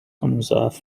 مضاعف